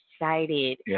excited